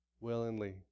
willingly